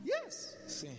Yes